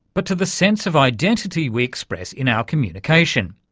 but to the sense of identity we express in our communication,